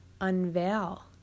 unveil